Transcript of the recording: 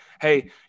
hey